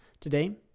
Today